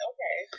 Okay